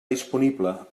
disponible